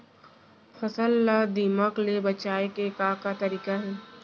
फसल ला दीमक ले बचाये के का का तरीका हे?